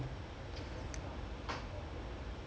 if they conceal now err I don't know what to say lah